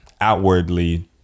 outwardly